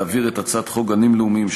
להעביר את הצעת חוק גנים לאומיים,